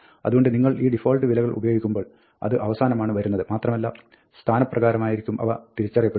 അതുകൊണ്ട് നിങ്ങൾ ഈ ഡിഫാൾട്ട് വിലകൾ ഉപയോഗിക്കുമ്പോൾ അത് അവസാനമാണ് വരുന്നത് മാത്രമല്ല സ്ഥാനപ്രകാരമായിരിക്കും അവ തിരിച്ചറിയപ്പെടുന്നത്